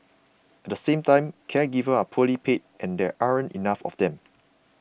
at the same time caregivers are poorly paid and there aren't enough of them